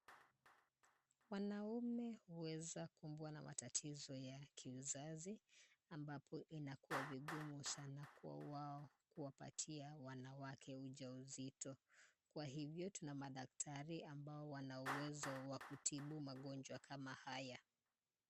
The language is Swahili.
Wanaume huweza kubwa na matatizo ya kiuzazi, ambapo inakuwa vigumu sana kwa wao kuwapatia wanawake ujauzito. Kwa hivyo tuna madaktari ambao wana uwezo wa kutibu magonjwa kama haya.